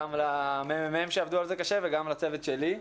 גם לממ"מ שעבדו על זה קשה וגם לצוות שלי,